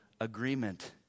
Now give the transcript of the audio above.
agreement